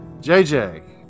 JJ